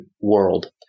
world